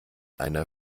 einer